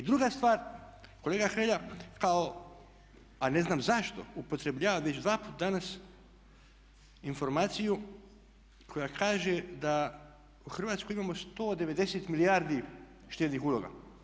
I druga stvar, kolega Hrelja, kao a ne znam zašto, upotrebljava već dva puta danas informaciju koja kaže da u Hrvatskoj imamo 190 milijardi štednih uloga.